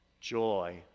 joy